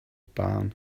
barn